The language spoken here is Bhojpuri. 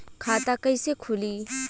खाता कईसे खुली?